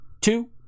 two